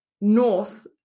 north